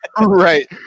Right